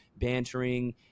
bantering